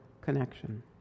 connection